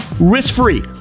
risk-free